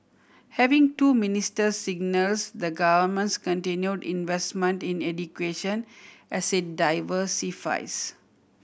having two ministers signals the Government's continue investment in education as it diversifies